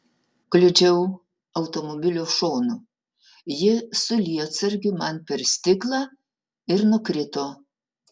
kliudžiau automobilio šonu ji su lietsargiu man per stiklą ir nukrito